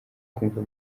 kumva